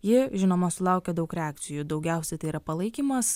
ji žinoma sulaukė daug reakcijų daugiausia tai yra palaikymas